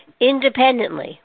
independently